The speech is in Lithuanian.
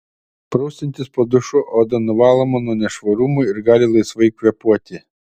prausiantis po dušu oda nuvaloma nuo nešvarumų ir gali laisvai kvėpuoti